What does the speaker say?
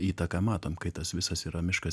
įtaką matom kai tas visas yra miškas